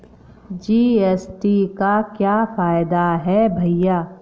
GST का क्या फायदा है भैया?